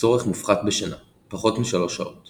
צורך מופחת בשינה פחות משלוש שעות